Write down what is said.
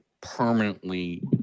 permanently